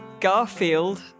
Garfield